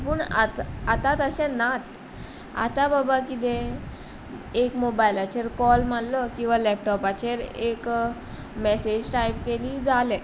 पूण आतां आतां तशें नात आतां बाबा कितें एक मोबायलाचेर कॉल मारलो किंवां लॅपटोपाचेर एक मेसेज टायप केली जालें